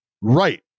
Right